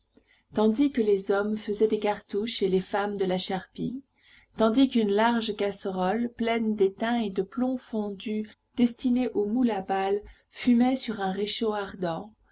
tandis que les hommes faisaient des cartouches et les femmes de la charpie tandis qu'une large casserole pleine d'étain et de plomb fondu destinés au moule à balles fumait sur un réchaud ardent